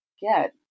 get